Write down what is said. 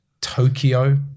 Tokyo